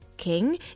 King